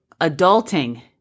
adulting